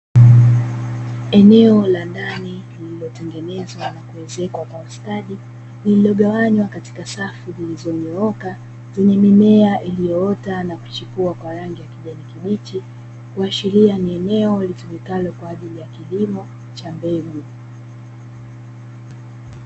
Eneo la ndani lililotengenezwa na kuwezekwa kwa ustadi, lililogawanywa katika safu zilizonyooka zenye mimea iliyoota na kuchepua kwa rangi ya kijani kibichi kuashiria ni eneo linalotumika kwa ajili ya kilimo cha mbegu.